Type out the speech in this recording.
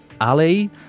alley